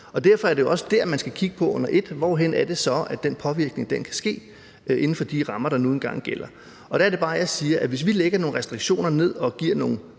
Derfor er det jo også der, man skal kigge på under ét, hvorhenne det så er, at den påvirkning kan ske inden for de rammer, der nu engang gælder. Der er det bare, jeg siger, hvad der sker, hvis vi lægger nogle restriktioner ned og giver nogle